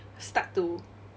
start to